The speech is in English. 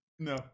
No